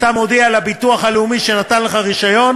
מודיע לביטוח הלאומי שנתן לך רישיון,